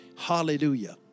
Hallelujah